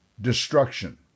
destruction